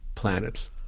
planets